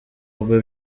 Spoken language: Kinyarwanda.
rwe